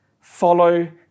Follow